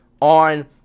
on